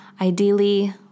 ideally